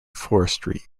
forestry